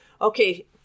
okay